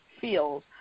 feels